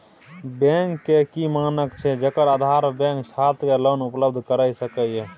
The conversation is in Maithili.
बैंक के की मानक छै जेकर आधार पर बैंक छात्र के लोन उपलब्ध करय सके ये?